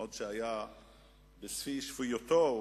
עוד כשהיה בשיא שפיותו,